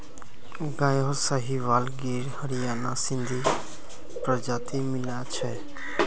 गायत साहीवाल गिर हरियाणा सिंधी प्रजाति मिला छ